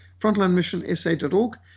Frontlinemissionsa.org